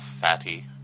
fatty